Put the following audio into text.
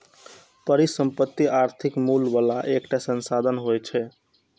परिसंपत्ति आर्थिक मूल्य बला एकटा संसाधन होइ छै